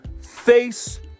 face